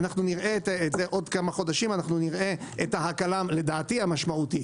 עוד כמה חודשים נראה את ההקלה, לדעתי, המשמעותית.